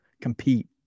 compete